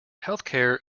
healthcare